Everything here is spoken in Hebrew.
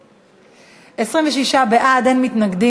לעזור עד כמה